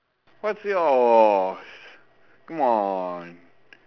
what's yours come on